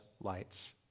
lights